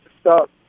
stop